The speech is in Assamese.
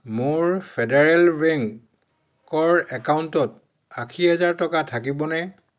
মোৰ ফেডাৰেল বেংকৰ একাউণ্টত আশী হেজাৰ টকা থাকিবনে